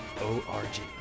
O-R-G